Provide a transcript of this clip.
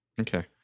Okay